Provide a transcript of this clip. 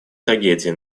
трагедии